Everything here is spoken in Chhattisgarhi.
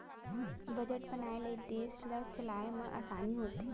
बजट बनाए ले देस ल चलाए म असानी होथे